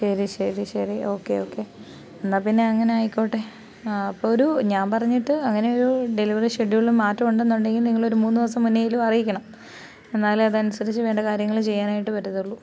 ശരി ശരി ശരി ഓക്കെ ഓക്കെ എന്നാൽ പിന്നെ അങ്ങനെ ആയിക്കോട്ടെ അപ്പം ഒരു ഞാൻ പറഞ്ഞിട്ട് അങ്ങനെ ഒരു ഡെലിവറി ഷെഡ്യൂള് മാറ്റം ഉണ്ട് എന്നുണ്ടെകിൽ നിങ്ങൾ ഒരു മൂന്നു ദിവസം മുന്നേലും അറിയിക്കണം എന്നാലേ അത് അനുസരിച്ചു വേണ്ട കാര്യങ്ങൾ ചെയ്യാനായിട്ട് പറ്റത്തുള്ളു